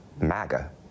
MAGA